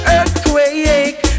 Earthquake